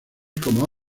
como